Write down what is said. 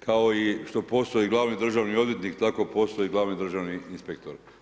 kao i 100% i Glavni državni odvjetnik, tako postoji i Glavni državni inspektor.